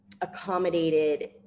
accommodated